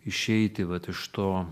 išeiti vat iš to